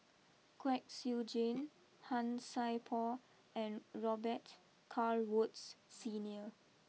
Kwek Siew Jin Han Sai Por and Robet Carr Woods Senior